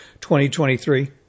2023